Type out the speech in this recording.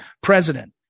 president